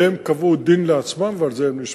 והם קבעו דין לעצמם, ועל זה הם נשפטו.